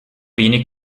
wenig